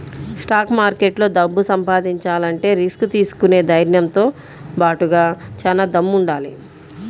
stock మార్కెట్లో డబ్బు సంపాదించాలంటే రిస్క్ తీసుకునే ధైర్నంతో బాటుగా చానా దమ్ముండాలి